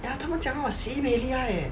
ya 他们讲话 sibeh 厉害 eh